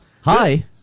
Hi